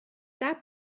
that